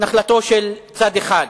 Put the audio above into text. נחלתו של צד אחד.